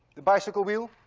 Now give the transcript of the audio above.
the bicycle wheel,